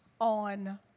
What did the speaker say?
on